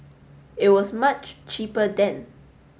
it was much cheaper then